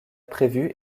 prévue